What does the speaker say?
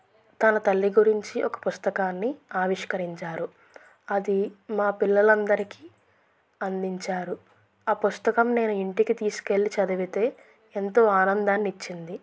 తన తల్లి గురించి ఒక పుస్తకాన్ని ఆవిష్కరించారు అది మా పిల్లలందరికీ అందించారు ఆ పుస్తకం నేను ఇంటికి తీసుకెళ్ళి చదివితే ఎంతో ఆనందాన్నిచ్చింది